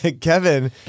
Kevin